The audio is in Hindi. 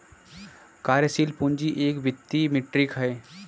कार्यशील पूंजी एक वित्तीय मीट्रिक है